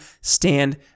stand